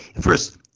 first